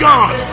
God